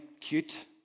cute